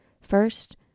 First